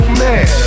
mad